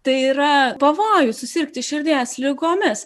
tai yra pavojus susirgti širdies ligomis